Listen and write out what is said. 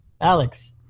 Alex